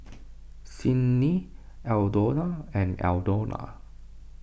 Sydnee Aldona and Aldona